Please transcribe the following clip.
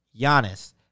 Giannis